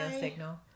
signal